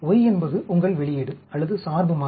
Y என்பது உங்கள் வெளியீடு அல்லது சார்பு மாறி